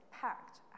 packed